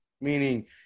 meaning